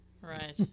Right